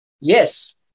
Yes